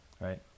right